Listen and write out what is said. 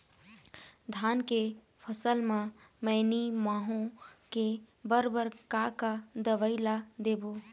धान के फसल म मैनी माहो के बर बर का का दवई ला देबो?